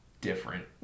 different